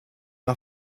are